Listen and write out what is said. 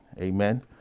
Amen